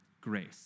grace